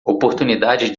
oportunidade